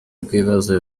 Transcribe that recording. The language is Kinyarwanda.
rw’ibibazo